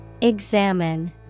Examine